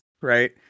Right